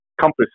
compass